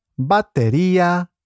batería